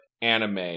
anime